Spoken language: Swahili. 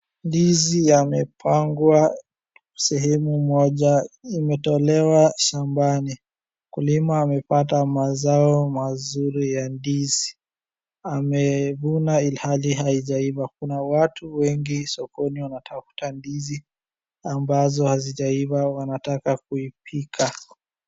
Ndizi yamepangwa sehemu moja imetolewa shambani. Mkulima amepata mazao mazuri ya ndizi. Amevuna ilhali haijaiva kuna watu wengi sokoni wanatafuta ndizi ambazo hazijaiva wanataka kuipika.